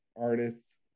artists